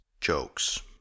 jokes